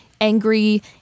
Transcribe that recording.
angry